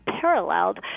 paralleled